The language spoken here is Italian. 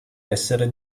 essere